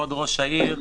כבוד ראש העיר,